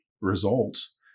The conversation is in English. results